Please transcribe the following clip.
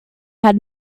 had